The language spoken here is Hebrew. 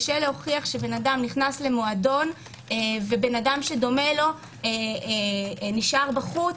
קשה להוכיח שאדם נכנס למועדון ואדם שדומה לו נשאר בחוץ.